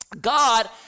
God